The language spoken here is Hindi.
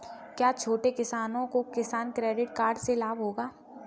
क्या छोटे किसानों को किसान क्रेडिट कार्ड से लाभ होगा?